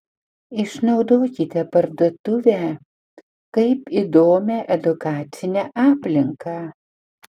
išnaudokite parduotuvę kaip įdomią edukacinę aplinką